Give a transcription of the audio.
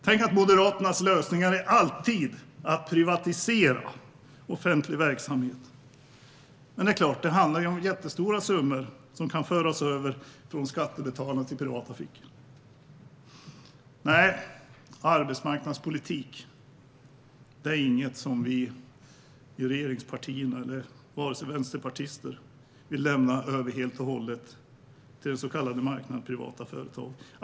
Tänk att Moderaternas lösning alltid går ut på att privatisera offentlig verksamhet! Men det är klart, det handlar ju om jättestora summor som kan föras över från skattebetalarna till privata fickor. Nej, arbetsmarknadspolitik är inget som vi i regeringspartierna eller Vänsterpartiet vill lämna över helt och hållet till den så kallade marknaden eller privata företag.